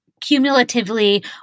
cumulatively